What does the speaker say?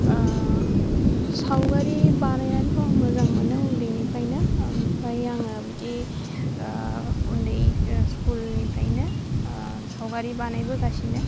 सावगारि बानायनानैथ' आं मोजां मोनो उन्दैनिफ्रायनो ओमफाय आङो बिदि उन्दै स्कुलनिफ्रायनो सावगारि बानाय बोगासिनो